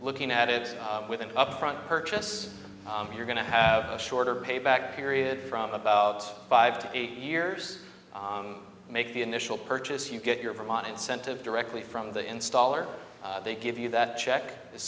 looking at it with an upfront purchase you're going to have a shorter payback period from about five to eight years make the initial purchase you get your vermont incentive directly from the installer they give you that check as